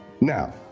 Now